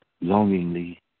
longingly